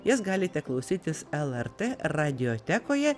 jas galite klausytis lrt radiotekoje